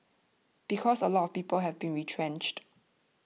because a lot of people have been retrenched